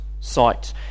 sight